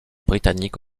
britanniques